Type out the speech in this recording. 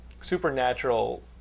supernatural